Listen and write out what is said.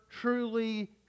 truly